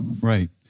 Right